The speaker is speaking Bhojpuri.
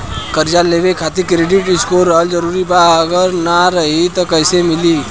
कर्जा लेवे खातिर क्रेडिट स्कोर रहल जरूरी बा अगर ना रही त कैसे मिली?